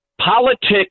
politics